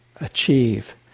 achieve